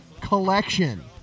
collection